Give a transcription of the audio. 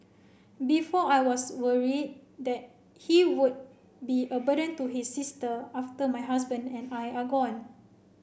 before I was worried that he would be a burden to his sister after my husband and I are gone